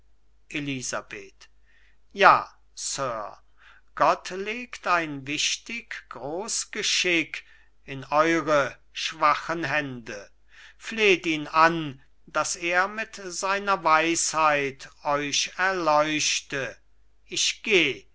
elisabeth ja sir gott legt ein wichtig groß geschick in eure schwachen hände fleht ihn an daß er mit seiner weisheit euch erleuchte ich geh